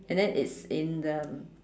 and then it's in the